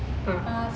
uh